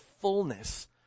fullness